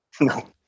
no